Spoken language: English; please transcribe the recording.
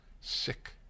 sick